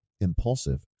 impulsive